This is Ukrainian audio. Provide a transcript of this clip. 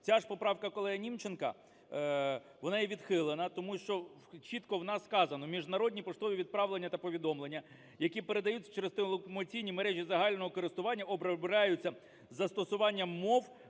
Ця ж поправка колеги Німченка, вона є відхилена тому, що чітко у нас сказано: "Міжнародні поштові відправлення та повідомлення, які передаються через телекомунікаційні мережі загального користування, обробляються із застосуванням мов,